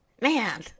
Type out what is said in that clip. man